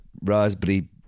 raspberry